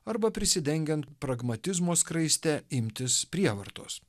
arba prisidengiant pragmatizmo skraiste imtis prievartos